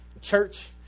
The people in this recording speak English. Church